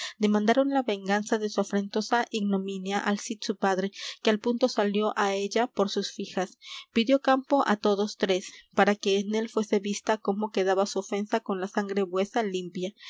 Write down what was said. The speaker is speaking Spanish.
escrita demandaron la venganza de su afrentosa ignominia al cid su padre que al punto salió á ella por sus fijas pidió campo á todos tres para que en él fuese vista como quedaba su ofensa con la sangre vuesa limpia